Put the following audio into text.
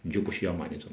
你就不需要买那种